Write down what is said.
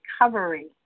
recovery